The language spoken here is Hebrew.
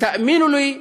ותאמינו לי,